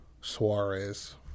Suarez